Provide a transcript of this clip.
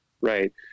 right